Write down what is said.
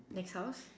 next house